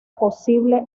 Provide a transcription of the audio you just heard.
posible